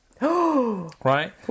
Right